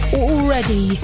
already